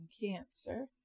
Cancer